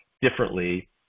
differently